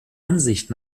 ansicht